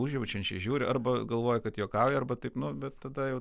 užjaučiančiai žiūri arba galvoja kad juokauja arba taip nu bet tada jau